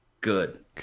Good